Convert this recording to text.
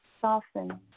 soften